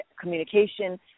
communication